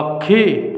ପକ୍ଷୀ